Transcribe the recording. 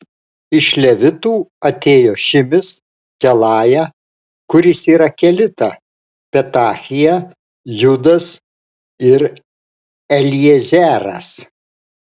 iš levitų atėjo šimis kelaja kuris yra kelita petachija judas ir eliezeras